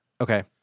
okay